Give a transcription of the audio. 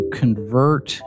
convert